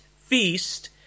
feast